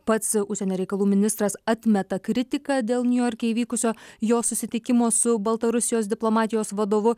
pats užsienio reikalų ministras atmeta kritiką dėl niujorke įvykusio jo susitikimo su baltarusijos diplomatijos vadovu